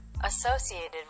Associated